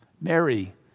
Mary